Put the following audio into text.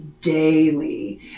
daily